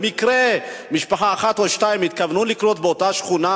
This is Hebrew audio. במקרה משפחה אחת או שתיים התכוונו לקנות באותה שכונה,